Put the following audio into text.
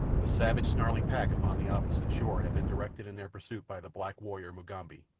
the savage, snarling pack upon the opposite shore had been directed in their pursuit by the black warrior, mugambi,